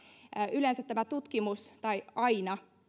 yleensä tai aina